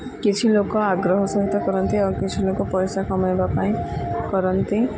କିଛି ଲୋକ ଆଗ୍ରହ ସହିତ କରନ୍ତି ଆଉ କିଛି ଲୋକ ପଇସା କମେଇବା ପାଇଁ କରନ୍ତି